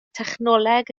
technoleg